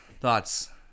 Thoughts